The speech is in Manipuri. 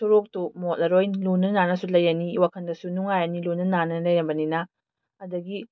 ꯁꯣꯔꯣꯛꯇꯣ ꯃꯣꯠꯂꯔꯣꯏ ꯂꯨꯅ ꯅꯥꯟꯅꯁꯨ ꯂꯩꯔꯅꯤ ꯋꯥꯈꯜꯗꯁꯨ ꯅꯨꯡꯉꯥꯏꯔꯅꯤ ꯂꯨꯅ ꯅꯥꯟꯅ ꯂꯩꯔꯕꯅꯤꯅ ꯑꯗꯒꯤ